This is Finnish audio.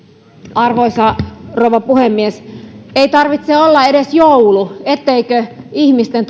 arvoisa rouva puhemies ei tarvitse olla edes joulu kun ihmisten